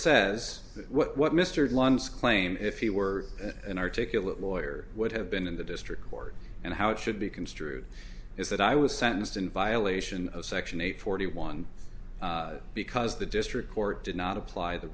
says that what mr one sql aim if you were an articulate lawyer would have been in the district court and how it should be construed is that i was sentenced in violation of section eight forty one because the district court did not apply the